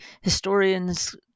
historians